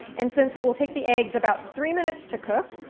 and since it will take the eggs about three minutes to cook,